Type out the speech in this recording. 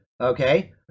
Okay